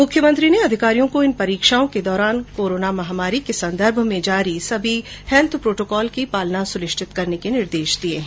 मुख्यमंत्री ने अधिकारियों को इन परीक्षाओं के दौरान कोरोना महामारी के संदर्भ में जारी हैल्थ प्रोटोकॉल की पालना सुनिश्चित करने के निर्देश दिए है